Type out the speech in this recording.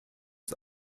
ist